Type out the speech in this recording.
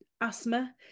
asthma